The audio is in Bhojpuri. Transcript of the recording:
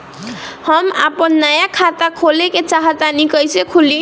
हम आपन नया खाता खोले के चाह तानि कइसे खुलि?